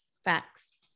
facts